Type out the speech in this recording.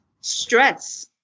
stress